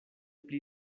pli